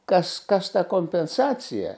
kas tą kompensaciją